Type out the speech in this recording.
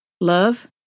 love